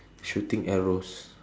shooting arrows